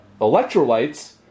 electrolytes